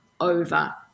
over